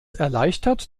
erleichtert